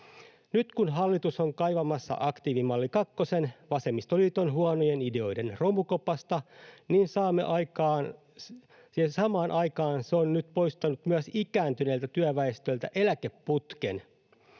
Nyt, kun hallitus on kaivamassa aktiivimalli kakkosen vasemmistoliiton huonojen ideoiden romukopasta, niin samaan aikaan se on nyt poistanut myös ikääntyneeltä työväestöltä eläkeputken.